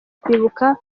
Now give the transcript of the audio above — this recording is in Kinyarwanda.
kwibuka